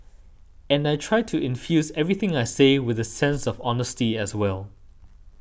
and I try to infuse everything I say with a sense of honesty as well